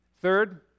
Third